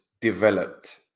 developed